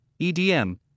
EDM